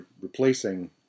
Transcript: replacing